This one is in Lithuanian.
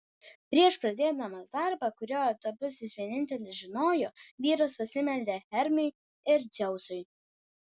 prieš pradėdamas darbą kurio etapus jis vienintelis žinojo vyras pasimeldė hermiui ir dzeusui